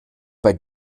bei